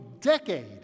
decade